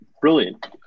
brilliant